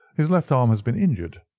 his left arm has been injured.